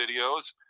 videos